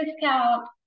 discount